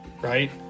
right